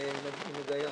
ועם היגיון.